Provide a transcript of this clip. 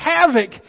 havoc